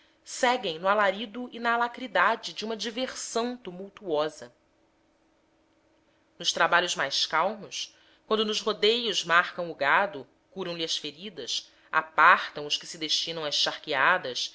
seguem no alarido e na alacridade de uma diversão tumultuosa nos trabalhos mais calmos quando nos rodeios marcam o gado curam lhe as feridas apartam os que se destinam às charqueadas